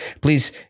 please